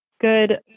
good